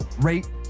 rate